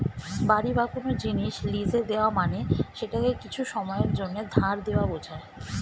বাড়ি বা কোন জিনিস লীজে দেওয়া মানে সেটাকে কিছু সময়ের জন্যে ধার দেওয়া বোঝায়